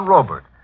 Robert